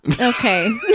Okay